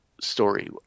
story